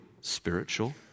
spiritual